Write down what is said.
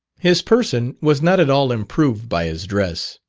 his person was not at all improved by his dress.